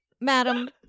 madam